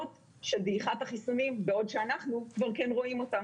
של דעיכת החיסונים בעוד שאנחנו כבסר כן רואים אותם.